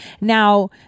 Now